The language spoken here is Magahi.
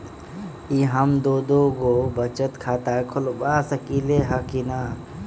कि हम दो दो गो बचत खाता खोलबा सकली ह की न?